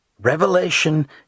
Revelation